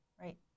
Right